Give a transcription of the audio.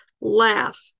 Laugh